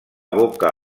boca